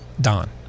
Don